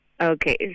Okay